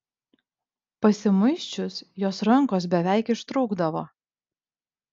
pasimuisčius jos rankos beveik ištrūkdavo